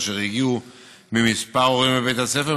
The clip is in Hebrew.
אשר הגיעו מכמה הורים בבית הספר,